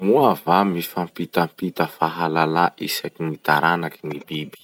Moa va mifampitampita fahalalà isaky gny taranaky gny biby?